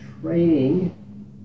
training